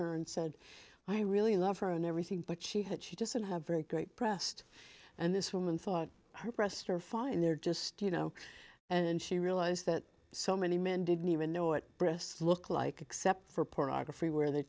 her and said i really love her and everything but she had she just didn't have very great breast and this woman thought her breasts are fine they're just you know and she realized that so many men didn't even know what breasts look like except for pornography where they